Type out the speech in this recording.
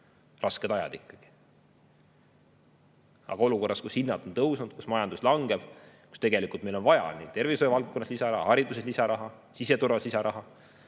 Rasked ajad ikkagi. Aga olukorras, kus hinnad on tõusnud, kus majandus langeb, kus meil on vaja tervishoiuvaldkonnas lisaraha, hariduses lisaraha, siseturvalisuses